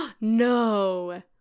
No